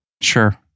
sure